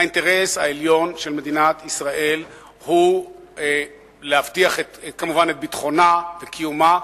האינטרס העליון של מדינת ישראל הוא להבטיח כמובן את ביטחונה וקיומה,